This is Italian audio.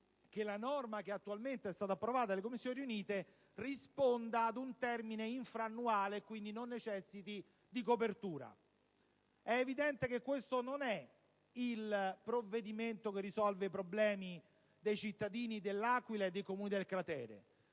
che la norma che attualmente è stata approvata dalle Commissioni riunite risponda ad un termine infrannuale, e quindi non necessiti di copertura. È evidente che questo non è il provvedimento che risolve i problemi dei cittadini dell'Aquila e dei Comuni del cratere.